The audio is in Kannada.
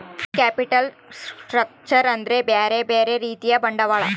ಕ್ಯಾಪಿಟಲ್ ಸ್ಟ್ರಕ್ಚರ್ ಅಂದ್ರ ಬ್ಯೆರೆ ಬ್ಯೆರೆ ರೀತಿಯ ಬಂಡವಾಳ